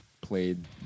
played